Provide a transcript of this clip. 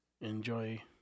Enjoy